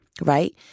Right